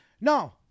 No